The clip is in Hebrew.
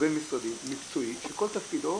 בין משרדי מקצועי שכל תפקידו